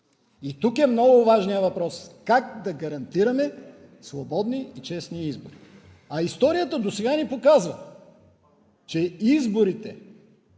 И тук е много важният въпрос: как да гарантираме свободни и честни избори? А историята досега ни показва, че изборите,